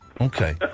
Okay